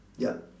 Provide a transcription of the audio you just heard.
ya